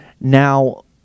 Now